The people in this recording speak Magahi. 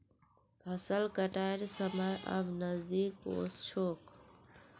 फसल कटाइर समय अब नजदीक ओस छोक